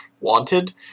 wanted